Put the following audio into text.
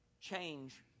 change